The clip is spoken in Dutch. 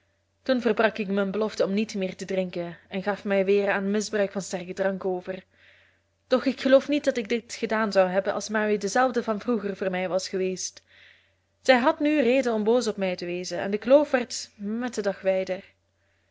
toen verbrak ik mijn belofte om niet meer te drinken en gaf mij weer aan misbruik van sterken drank over doch ik geloof niet dat ik dit gedaan zou hebben als mary dezelfde van vroeger voor mij was geweest zij had nu reden om boos op mij te wezen en de klove werd met den dag wijder